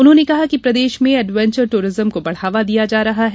उन्होंने कहा कि प्रदेश में एडवेंचर टूरिज्म को बढ़ावा दिया जा रहा है